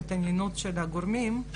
ההתעניינות של הגורמים,